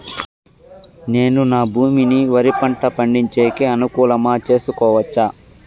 నేను నా భూమిని వరి పంట పండించేకి అనుకూలమా చేసుకోవచ్చా?